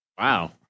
wow